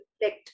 reflect